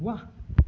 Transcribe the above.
वाह